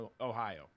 ohio